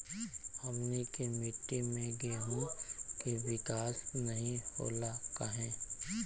हमनी के मिट्टी में गेहूँ के विकास नहीं होला काहे?